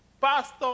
pastor